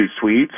Swedes